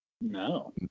no